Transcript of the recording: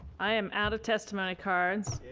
i am out of testimony cards.